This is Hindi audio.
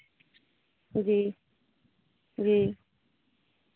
जी जी